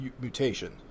mutation